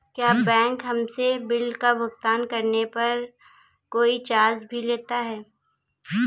क्या बैंक हमसे बिल का भुगतान करने पर कोई चार्ज भी लेता है?